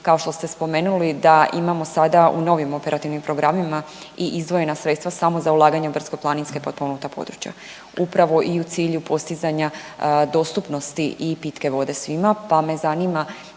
kao što ste spomenuli, da imamo sada u novim operativnim programima i izdvojena sredstva samo za ulaganja u brdsko-planinska i potpomognuta područja, upravo i u cilju postizanja dostupnosti i pitke vode svima, pa me zanima,